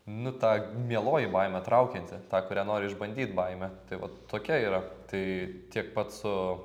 nu ta mieloji baimė traukianti ta kurią nori išbandyt baimę tai vat tokia yra tai tiek pat su